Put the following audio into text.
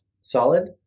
solid